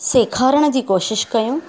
सेखारण जी कोशिश कयूं